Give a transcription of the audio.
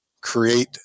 create